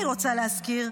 אני רוצה להזכיר,